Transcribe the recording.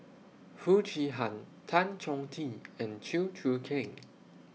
Foo Chee Han Tan Chong Tee and Chew Choo Keng